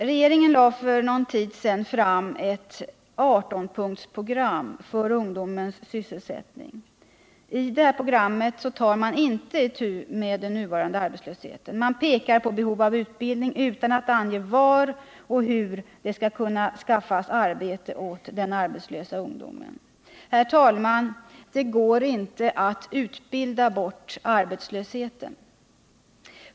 Regeringen lade för en tid sedan fram ett 18-punktsprogram för ungdomens sysselsättning. I programmet tar man inte itu med den nuvarande arbetslösheten. Man pekar på behovet av utbildning utan att ange var och hur det skall kunna skaffas arbete åt den arbetslösa ungdomen. Herr talman! Det går inte att utbilda bort arbetslösheten.